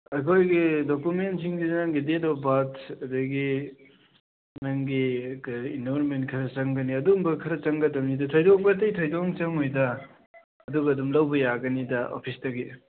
ꯑꯩꯈꯣꯏꯒꯤ ꯗꯣꯀꯨꯃꯦꯟꯁꯤꯡꯁꯤ ꯅꯪꯒꯤ ꯗꯦꯠ ꯑꯣꯐ ꯕꯥꯔꯊ ꯑꯗꯒꯤ ꯅꯪꯒꯤ ꯀꯔꯤ ꯏꯟꯔꯣꯜꯃꯦꯟ ꯈꯔ ꯆꯪꯒꯅꯤ ꯑꯗꯨꯝꯕ ꯈꯔ ꯆꯪꯒꯗꯕꯅꯤꯗ ꯊꯣꯏꯗꯣꯛꯄ ꯑꯇꯩ ꯊꯣꯏꯗꯣꯛꯅ ꯆꯪꯉꯣꯏꯗ ꯑꯗꯨꯒ ꯑꯗꯨꯝ ꯂꯧꯕ ꯌꯥꯒꯅꯤꯗ ꯑꯣꯐꯤꯁꯇꯒꯤ